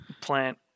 plant